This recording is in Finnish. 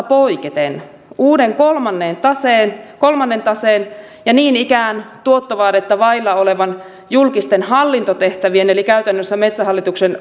poiketen uuden kolmannen taseen kolmannen taseen ja niin ikään tuottovaadetta vailla olevan julkisten hallintotehtävien eli käytännössä metsähallituksen